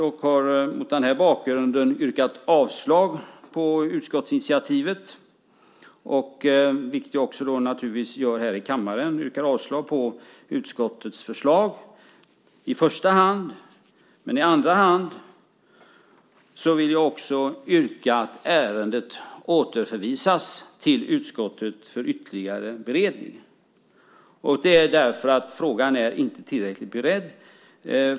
Vi har mot den bakgrunden yrkat avslag på utskottsinitiativet, vilket jag naturligtvis också gör här i kammaren. Jag yrkar avslag på utskottets förslag i första hand. I andra hand vill jag också yrka att ärendet återförvisas till utskottet för ytterligare beredning. Det är därför att frågan inte är tillräckligt beredd.